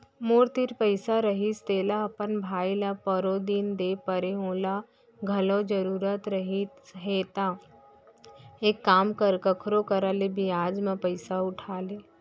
मोर तीर पइसा रहिस तेला अपन भाई ल परोदिन दे परेव ओला घलौ जरूरत रहिस हे तेंहा एक काम कर कखरो करा ले बियाज म पइसा उठा ले